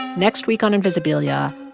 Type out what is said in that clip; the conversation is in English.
next week on invisibilia,